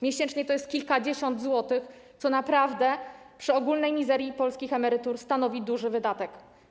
Miesięcznie to jest kilkadziesiąt złotych, co naprawdę przy ogólnej mizerii polskich emerytur stanowi duży wydatek.